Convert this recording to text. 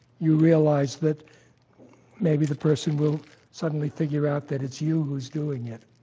you realize that maybe the person will suddenly figure out that it's you who's doing it,